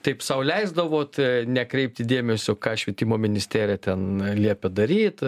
taip sau leisdavot nekreipti dėmesio ką švietimo ministerija ten liepė daryt